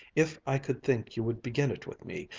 if i could think you would begin it with me,